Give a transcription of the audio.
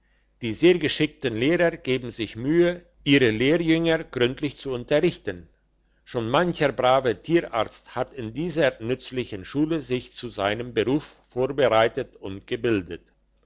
die sehr geschickten lehrer geben sich mühe ihre lehrjünger gründlich zu unterrichten schon mancher brave tierarzt hat in dieser nützlichen schule sich zu seinem beruf vorbereitet und gebildet